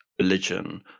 Religion